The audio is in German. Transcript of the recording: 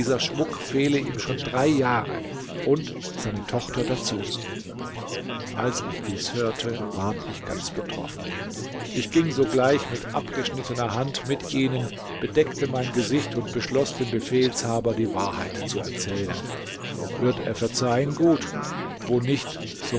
schmuck fehle ihm schon drei jahre und seine tochter dazu als ich dies hörte ward ich ganz betroffen ich ging sogleich mit abgeschnittener hand mit ihnen bedeckte mein gesicht und beschloß dem befehlshaber die wahrheit zu erzählen wird er verzeihen gut wo nicht